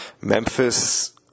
Memphis